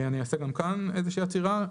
אני אעשה גם כאן איזושהי עצירה.